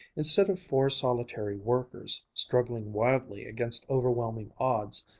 instead of four solitary workers, struggling wildly against overwhelming odds,